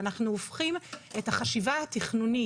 ואנחנו הופכים את החשיבה התכנונית,